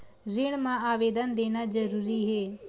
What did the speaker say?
ऋण मा आवेदन देना जरूरी हे?